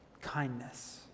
Kindness